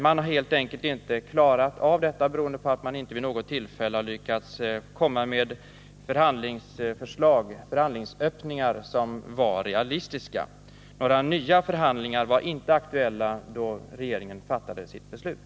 Man har helt enkelt inte klarat av detta, beroende på att man inte vid något tillfälle lyckats komma med förhandlingsöppningar som varit realistiska. Några nya förhandlingar var inte aktuella då regeringen fattade sitt beslut.